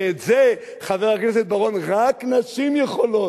ואת זה, חבר הכנסת בר-און, רק נשים יכולות.